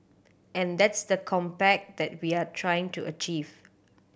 and that's the compact that we're trying to achieve